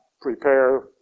prepare